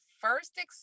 first